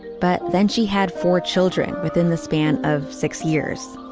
but then she had four children. within the span of six years